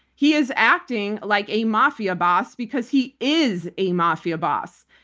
he is acting like a mafia boss because he is a mafia boss.